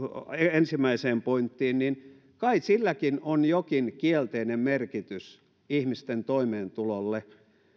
ensimmäiseen pointtiin kai silläkin on jokin kielteinen merkitys ihmisten toimeentulolle